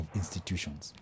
institutions